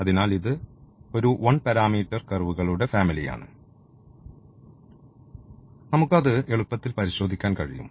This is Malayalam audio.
അതിനാൽ ഇത് ഒരു 1 പാരാമീറ്റർ കർവുകളുടെ ഫാമിലിയാണ് നമുക്ക് അത് എളുപ്പത്തിൽ പരിശോധിക്കാൻ കഴിയും